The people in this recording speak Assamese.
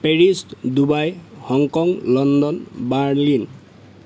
Paris Dubai Hong Kong London Berlin